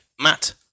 matt